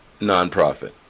nonprofit